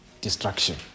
destruction